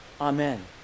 Amen